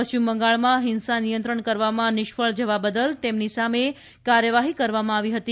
પશ્ચિમ બંગાળમાં હિંસા નિયંત્રણ કરવામાં નિષ્ફળ જવા બદલ તેમની સામે કાર્યવાહી કરવામાં આવી હતી